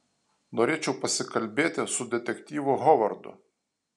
norėčiau pasikalbėti su detektyvu hovardu